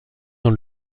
dans